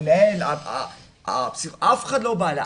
המנהל, הפסיכולוג, אף אחד לא בא אליי.